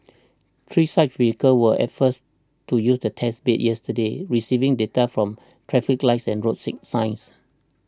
three such vehicles were at first to use the test bed yesterday receiving data from traffic lights and road seek signs